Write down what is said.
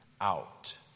out